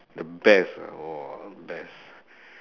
the best ah !wah! best